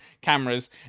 cameras